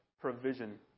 provision